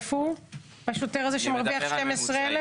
איפה הוא השוטר הזה שמרוויח 12,000?